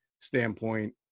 standpoint